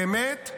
באמת,